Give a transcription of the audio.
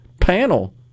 panel